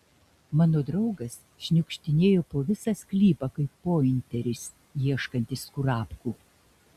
mano draugas šniukštinėjo po visą sklypą kaip pointeris ieškantis kurapkų